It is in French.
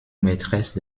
maîtresse